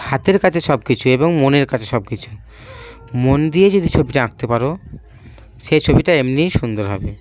হাতের কাছে সব কিছু এবং মনের কাছে সব কিছুই মন দিয়ে যদি ছবিটা আঁকতে পারো সেই ছবিটা এমনিই সুন্দর হবে